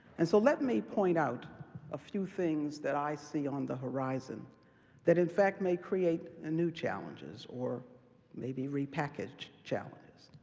and so let me point out a few things that i see on the horizon that, in fact, may create ah new challenges or maybe repackage challenges.